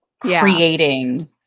creating